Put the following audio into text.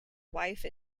wife